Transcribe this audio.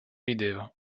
rideva